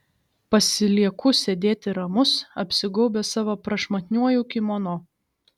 pasilieku sėdėti ramus apsigaubęs savo prašmatniuoju kimono